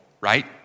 right